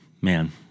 Man